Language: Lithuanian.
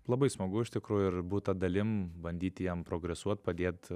labai smagu iš tikrųjų ir būt ta dalim bandyt jiem progresuot padėt